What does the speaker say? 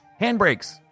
Handbrakes